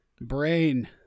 Brain